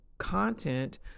content